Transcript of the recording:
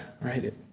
right